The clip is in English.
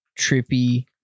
trippy